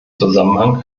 zusammenhang